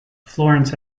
florence